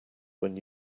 when